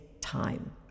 time